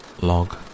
Log